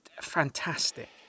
fantastic